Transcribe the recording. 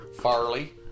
Farley